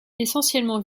essentiellement